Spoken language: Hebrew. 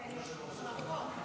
לרשותך שלוש דקות.